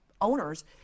owners